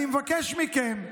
אני מבקש מכם,